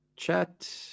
chat